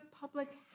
public